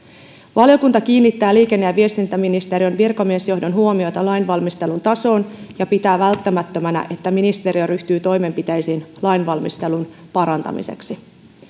valiokunta kiinnittää liikenne ja viestintäministeriön virkamiesjohdon huomiota lainvalmistelun tasoon ja pitää välttämättömänä että ministeriö ryhtyy toimenpiteisiin lainvalmistelun parantamiseksi